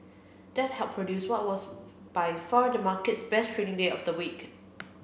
that helped produce what was by far the market's best trading day of the week